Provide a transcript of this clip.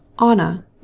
Anna